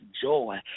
joy